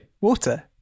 Water